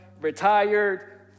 retired